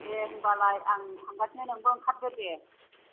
दे होनब्लालाय आं थांगासिनो नोंबो ओंखारदो दे